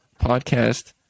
podcast